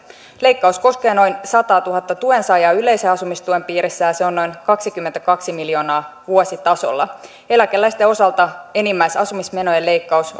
leikkaus koskee noin sataatuhatta tuensaajaa yleisen asumistuen piirissä ja se on noin kaksikymmentäkaksi miljoonaa vuositasolla eläkeläisten osalta enimmäisasumismenojen leikkaus